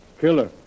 killer